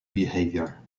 behaviour